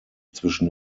zwischen